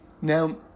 Now